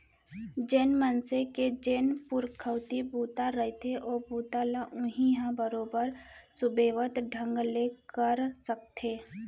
जेन मनसे के जेन पुरखउती बूता रहिथे ओ बूता ल उहीं ह बरोबर सुबेवत ढंग ले कर सकथे